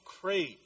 crave